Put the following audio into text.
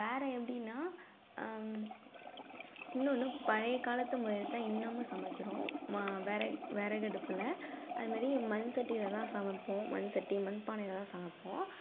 வேறு எப்படின்னா இன்னொன்னு பழைய காலத்து முறையில் தான் இன்னுமும் சமைக்கிறோம் வெற விறகடுப்புல அது மாதிரி மண்சட்டியில் தான் சமைப்போம் மண்சட்டி மண்பானையில் தான் சமைப்போம்